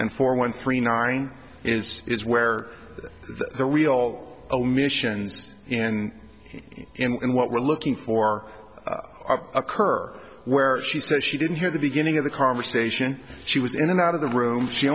and four one three nine is is where the real omissions and what we're looking for are occur where she says she didn't hear the beginning of the conversation she was in and out of the room she